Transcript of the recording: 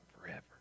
forever